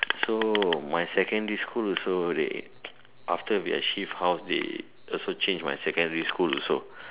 so my secondary school also they after we have shift house they also change my secondary school also